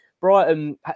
Brighton